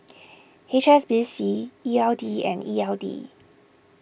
H S B C E L D and E L D